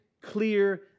clear